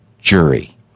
jury